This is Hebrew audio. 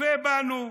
צופה בנו.